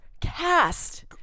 cast